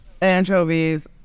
anchovies